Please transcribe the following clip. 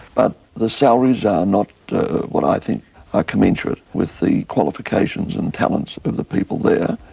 but the salaries are not what i think are commensurate with the qualifications and talents of the people there.